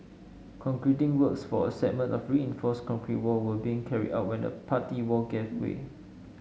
concreting works for a segment of reinforced concrete wall were being carried out when the party wall gave way